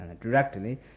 directly